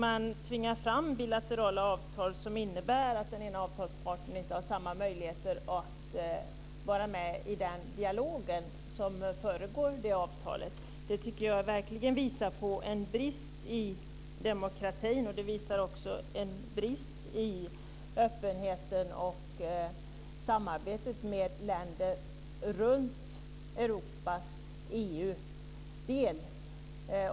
Att tvinga fram bilaterala avtal som innebär att den ena avtalsparten inte har samma möjligheter att vara med i dialogen som föregår avtalet visar verkligen på en brist i demokratin och en brist i öppenheten och samarbetet med länder runt Europas EU-del.